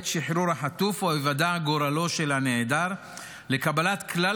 שחרור החטוף או עד ייוודע גורלו של הנעדר לקבלת כלל